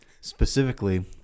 specifically